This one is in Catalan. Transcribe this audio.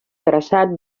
traçat